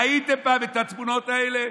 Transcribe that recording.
ראיתם פעם את התמונות האלה?